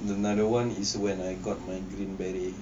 the another one is when I got my green beret